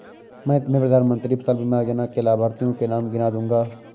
मैं तुम्हें प्रधानमंत्री फसल बीमा योजना के लाभार्थियों के नाम गिना दूँगा